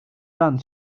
ran